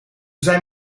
zijn